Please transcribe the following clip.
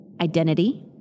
Identity